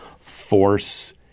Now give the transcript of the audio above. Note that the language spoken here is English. force